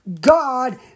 God